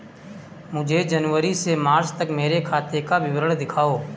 मुझे जनवरी से मार्च तक मेरे खाते का विवरण दिखाओ?